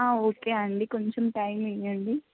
okay అండి కొంచెం time ఇవ్వండి